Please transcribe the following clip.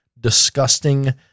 disgusting